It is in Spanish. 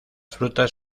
frutas